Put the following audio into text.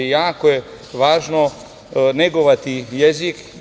Jako je važno negovati jezik.